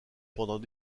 pendant